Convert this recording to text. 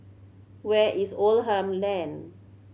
where is Oldham Lane